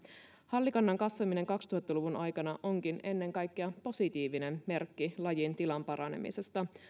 hallikannan kasvaminen kaksituhatta luvun aikana onkin ennen kaikkea positiivinen merkki lajin tilan paranemisesta